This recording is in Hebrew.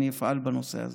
אני אפעל בנושא הזה.